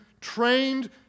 trained